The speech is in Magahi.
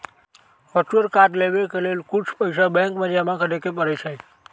वर्चुअल कार्ड लेबेय के लेल कुछ पइसा बैंक में जमा करेके परै छै